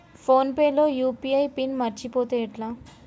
Phone pay లో UPI PIN మరచిపోతే ఎట్లా?